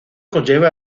conlleva